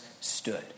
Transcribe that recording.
stood